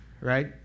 right